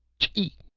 chee!